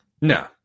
No